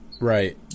Right